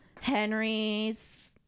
Henry's